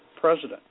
president